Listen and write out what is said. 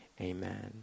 amen